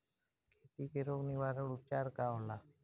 खेती के रोग निवारण उपचार का होला?